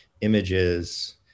images